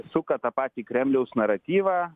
suka tą patį kremliaus naratyvą